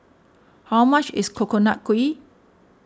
how much is Coconut Kuih